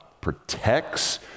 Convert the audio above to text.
protects